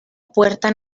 puerta